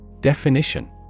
Definition